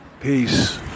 Peace